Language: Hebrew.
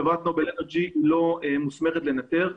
חברת נובל אנרג'י לא מוסמכת לנטר,